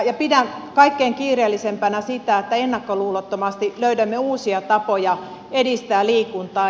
pidän kaikkein kiireellisimpänä sitä että ennakkoluulottomasti löydämme uusia tapoja edistää liikuntaa